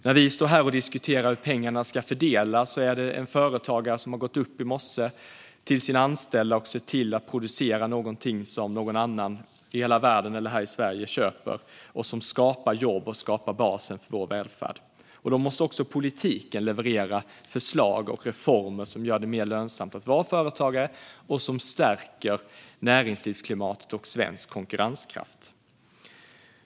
När vi står här och diskuterar hur pengarna ska fördelas är det företagare som skapar jobb och basen för vår välfärd - en företagare som har gått upp i morse till sina anställda och sett till att producera något som andra i världen eller här i Sverige köper. Då måste också politiken leverera förslag och reformer som gör det mer lönsamt att vara företagare och som stärker näringslivsklimatet och svensk konkurrenskraft.